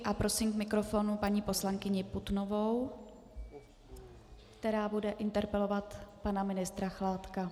A prosím k mikrofonu paní poslankyni Putnovou, která bude interpelovat pana ministra Chládka.